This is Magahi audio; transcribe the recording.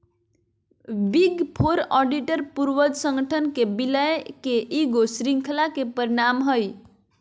बिग फोर ऑडिटर पूर्वज संगठन के विलय के ईगो श्रृंखला के परिणाम हइ